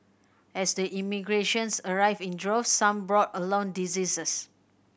as the immigrants arrived in droves some brought along diseases